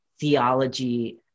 theology